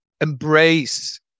embrace